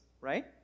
right